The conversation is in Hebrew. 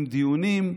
עם דיונים,